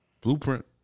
Blueprint